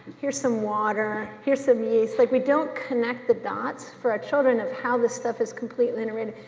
here's some water, here's some yeast, like, we don't connect the dots for our children of how this stuff is completely interrelated.